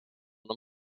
them